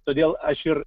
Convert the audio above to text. todėl aš ir